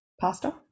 pasta